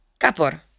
Kapor